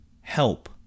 help